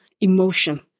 emotion